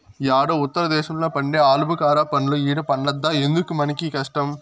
యేడో ఉత్తర దేశంలో పండే ఆలుబుకారా పండ్లు ఈడ పండద్దా ఎందుకు మనకీ కష్టం